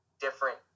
different